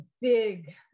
big